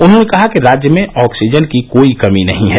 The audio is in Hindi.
उन्होंने कहा कि राज्य में ऑक्सीजन की कोई कमी नहीं है